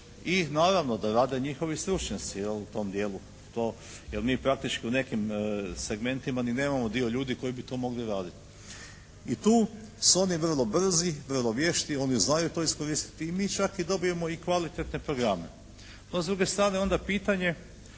I naravno da rade njihovi stručnjaci, jel, u tom dijelu. To, jer mi praktički u nekim segmentima ni nemamo dio ljudi koji bi to mogli raditi. I tu su oni vrlo brzi, vrlo vješti. Oni znaju to iskoristiti. I mi čak i dobijemo i kvalitetne programe. No s druge strane onda je pitanje